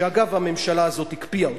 שאגב, הממשלה הזאת הקפיאה אותו,